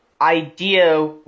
idea